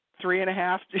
three-and-a-half